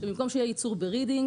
כך שבמקום שיהיה ייצור ברידינג,